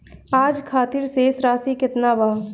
आज खातिर शेष राशि केतना बा?